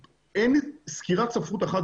אין סקירת ספרות אחת,